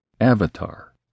avatar